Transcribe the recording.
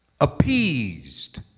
appeased